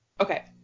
Okay